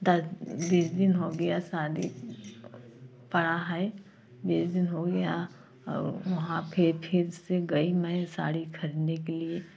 दस बीस दिन हो गया सादी पड़ा है बीस दिन हो गया और वहाँ पर फिर से गई मैं साड़ी खरीदने के लिए